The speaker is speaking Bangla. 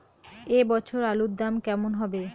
এ বছর আলুর দাম কেমন হবে?